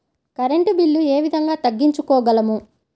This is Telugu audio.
కరెంట్ బిల్లు ఏ విధంగా తగ్గించుకోగలము?